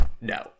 no